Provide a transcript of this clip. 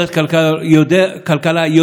מהבירור שלי,